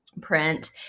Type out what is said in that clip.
print